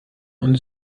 und